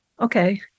okay